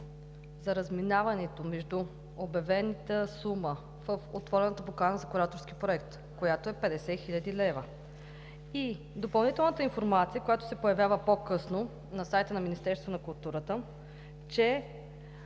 за разминаването между обявената сума в отворената покана за кураторски проект, която е 50 хил. лв., и допълнителната информация, която се появява по-късно на сайта на Министерството на културата, че